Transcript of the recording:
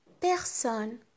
Personne